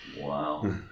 Wow